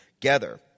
together